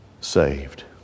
saved